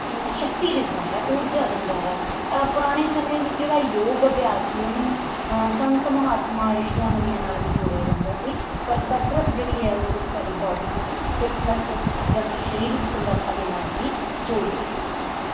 ਸ਼ਕਤੀ ਦਿੰਦਾ ਹੈ ਊਰਜਾ ਦਿੰਦਾ ਹੈ ਪੁਰਾਣੇ ਸਮੇਂ ਵਿੱਚ ਜਿਹੜਾ ਯੋਗ ਅਭਿਆਸ ਸੀ ਉਹਨੂੰ ਸੰਤ ਮਹਾਤਮਾ ਰਿਸ਼ੀਆਂ ਮੁਨੀਆਂ ਨਾਲ ਵੀ ਜੋੜਿਆ ਜਾਂਦਾ ਸੀ ਪਰ ਕਸਰਤ ਜਿਹੜੀ ਹੈ ਉਹ ਸਿਰਫ ਸਾਡੀ ਬਾਡੀ ਫਿਸ ਫਿਟਨੈਸ ਜਾਂ ਅਸੀਂ ਸਰੀਰਕ ਸਮਰੱਥਾ ਦੇ ਨਾਲ ਹੀ ਜੋੜ ਕੇ ਵੇਖਦੇ ਹਾਂ